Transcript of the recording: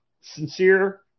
sincere